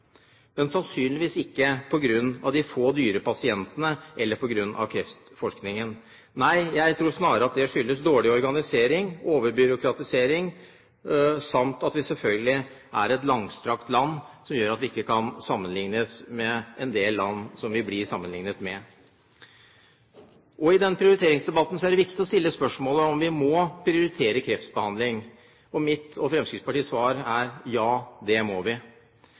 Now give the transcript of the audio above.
men sannsynligvis ikke på grunn av de få dyre pasientene eller på grunn av kreftforskningen. Nei, jeg tror snarere at det skyldes dårlig organisering, overbyråkratisering samt at vi selvfølgelig er et langstrakt land, som gjør at vi ikke kan sammenlignes med en del land som vi blir sammenlignet med. I den prioriteringsdebatten er det viktig å stille spørsmålet om vi må prioritere kreftbehandling. Mitt og Fremskrittspartiets svar er: Ja, det må vi.